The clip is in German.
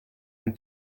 den